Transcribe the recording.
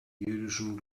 jüdischen